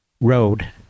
road